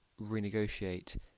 renegotiate